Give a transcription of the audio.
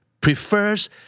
prefers